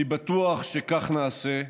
אני בטוח שכך נעשה.